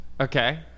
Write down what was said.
Okay